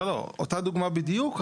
אותה דוגמה בדיוק,